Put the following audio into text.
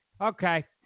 Okay